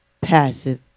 passive